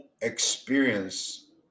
experience